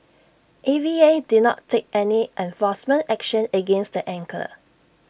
A V A did not take any enforcement action against the angler